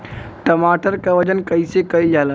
टमाटर क वजन कईसे कईल जाला?